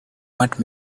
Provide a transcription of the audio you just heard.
want